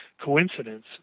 coincidence